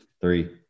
three